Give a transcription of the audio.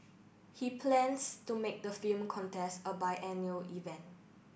he plans to make the film contest a biennial event